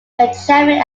benjamin